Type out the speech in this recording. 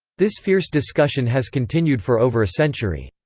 this fierce discussion has continued for over a century.